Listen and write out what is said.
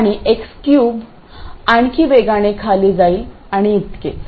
आणि x cube आणखी वेगवान खाली जाईल आणि इतकेच